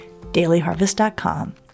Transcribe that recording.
dailyharvest.com